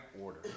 order